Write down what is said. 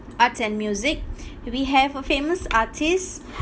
arts and music we have a famous artist